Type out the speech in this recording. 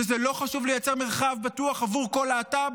זה לא חשוב לייצר מרחב בטוח עבור כל להט"ב